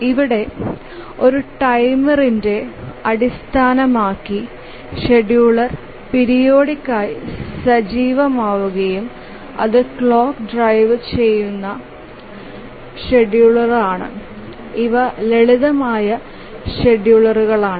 ഇവിടെ ഒരു ടൈമറിനെ അടിസ്ഥാനമാക്കി ഷെഡ്യൂളർ പീരിയോഡികയി സജീവമാവുകയും അത് ക്ലോക്ക് ഡ്രൈവുചെയ്യുന്ന ഷെഡ്യൂളറാണ് ഇവ ലളിതമായ ഷെഡ്യൂളറുകളാണ്